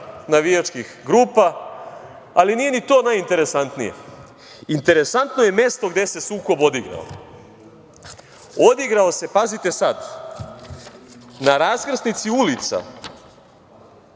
navijačkih grupa, ali nije ni to najinteresantnije. Interesantno je mesto gde se sukob odigrao. Odigrao se na raskrsnici ulica